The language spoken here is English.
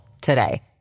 today